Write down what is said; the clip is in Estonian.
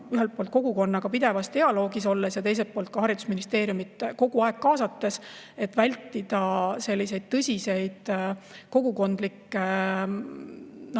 ühelt poolt kogukonnaga pidevas dialoogis olles ja teiselt poolt ka haridusministeeriumi kogu aeg kaasates, et vältida tõsiseid kogukondlikke,